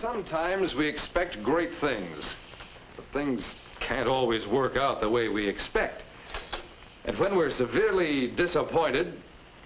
sometimes we expect great things things can't always work out the way we expect and when we are severely disappointed